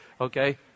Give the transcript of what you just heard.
Okay